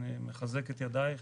אני מחזק את ידייך